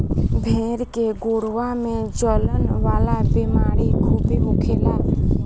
भेड़ के गोड़वा में जलन वाला बेमारी खूबे होखेला